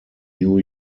new